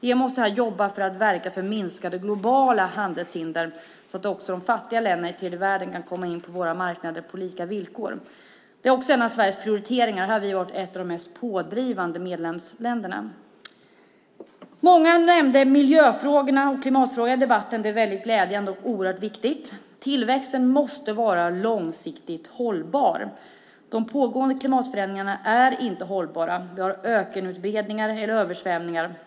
EU måste här verka för minskade globala handelshinder, så att också de fattiga länderna i tredje världen kan komma in på våra marknader på lika villkor. Det är också en av Sveriges prioriteringar. Här har vi varit ett av de mest pådrivande medlemsländerna. Många har nämnt miljöfrågorna och klimatfrågorna i debatten. Det är väldigt glädjande och oerhört viktigt. Tillväxten måste vara långsiktigt hållbar. De pågående klimatförändringarna är inte hållbara. Vi har ökenutbredningar och översvämningar.